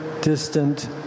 distant